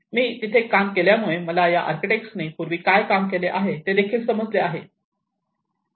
मी तिथे काम केल्यामुळे मला या आर्किटेक्ट्सनी पूर्वी काय काम केले आहे ते देखील समजले आहे